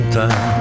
time